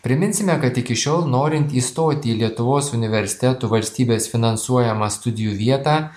priminsime kad iki šiol norint įstoti į lietuvos universitetų valstybės finansuojamą studijų vietą